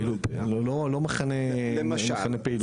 לא מחנה פעילות,